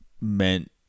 meant